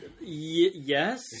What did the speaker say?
Yes